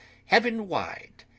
heaven wide,